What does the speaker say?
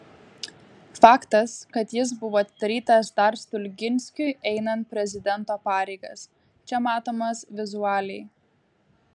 faktas kad jis buvo atidarytas dar stulginskiui einant prezidento pareigas čia matomas vizualiai